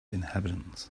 inhabitants